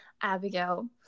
Abigail